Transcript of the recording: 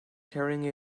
carrying